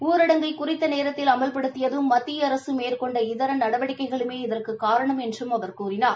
ஊரடங்கை குறித்த நேரத்தில் அமல்படுதியதும் மத்திய அரசு மேற்கொண்ட இதர நடவடிக்கையுமே இதற்குக் காரணம் என்று கூறினார்